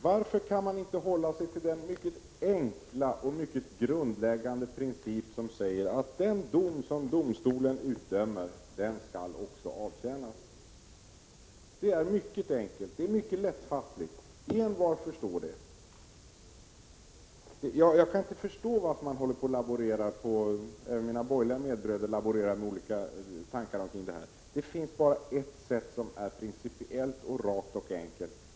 Varför kan man inte hålla sig till den mycket enkla och grundläggande princip som säger att den dom som domstolen utdömer också skall avtjänas? Det är en mycket enkel och lättfattlig princip som envar förstår. Jag kan inte förstå varför man — det gäller även mina borgerliga medbröder —laborerar med olika förslag i fråga om detta. Det finns bara ett sätt som är principiellt rakt och enkelt.